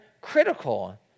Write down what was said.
critical